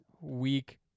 week